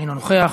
אינו נוכח,